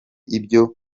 ibyo